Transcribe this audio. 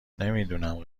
نمیدونم